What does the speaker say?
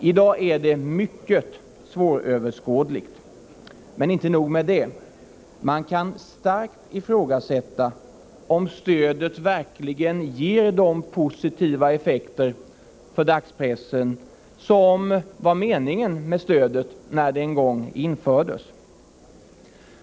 I dag är det mycket svåröverskådligt. Men inte nog med det — man kan starkt ifrågasätta om stödet verkligen ger de positiva effekter för dagspressen som avsågs när det en gång infördes.